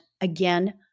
again